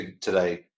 today